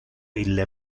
ille